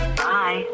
bye